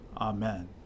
Amen